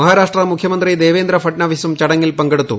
മഹാരാഷ്ട്ര മുഖ്യമന്ത്രി ദേവേന്ദ്ര ഭട്ട്നാവിസും ചടങ്ങിൽ പങ്കെടുത്തു